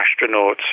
astronauts